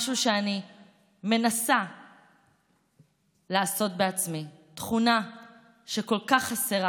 משהו שאני מנסה לעשות בעצמי, תכונה שכל כך חסרה